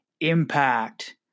impact